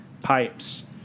pipes